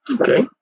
Okay